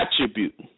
attribute